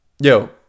Yo